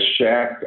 shack